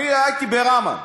אני הייתי בראמה,